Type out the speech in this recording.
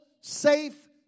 safe